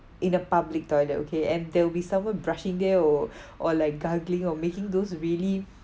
in a public toilet okay and there'll be someone brushing there or or like gargling or making those really